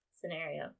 scenario